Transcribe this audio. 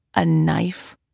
a knife,